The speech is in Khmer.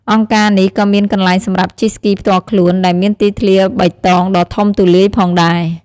អង្គការនេះក៏មានកន្លែងសម្រាប់ជិះស្គីផ្ទាល់ខ្លួន ដែលមានទីធ្លាបៃតងដ៏ធំទូលាយផងដែរ។